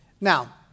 Now